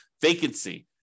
vacancy